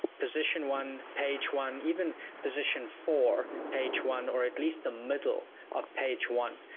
position one, page one, even position four page one, or at least the middle of page one,